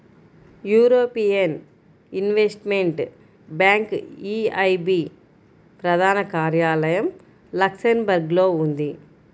European investment bank EIB ప్రధాన కార్యాలయం లక్సెంబర్గ్లో ఉంది